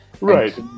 Right